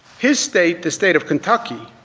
his state, the state of kentucky